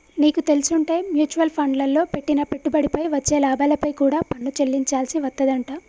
నీకు తెల్సుంటే మ్యూచవల్ ఫండ్లల్లో పెట్టిన పెట్టుబడిపై వచ్చే లాభాలపై కూడా పన్ను చెల్లించాల్సి వత్తదంట